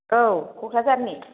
औ क'क्राझारनि